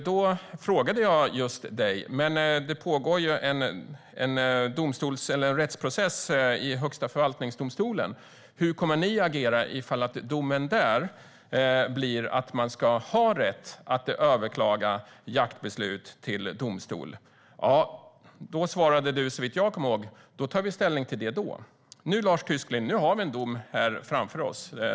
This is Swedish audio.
Då sa jag till Lars Tysklind att det pågår en rättsprocess i Högsta förvaltningsdomstolen och frågade hur Liberalerna skulle agera om domen blir att man ska ha rätt att överklaga jaktbeslut till domstol. Då svarade Lars Tysklind, såvitt jag kommer ihåg: Det tar vi ställning till då. Nu, Lars Tysklind, har vi en dom framför oss.